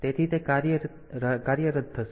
તેથી તે કાર્યરત થશે